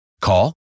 Call